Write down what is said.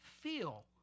feel